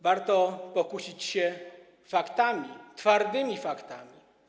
Warto posłużyć się faktami, twardymi faktami.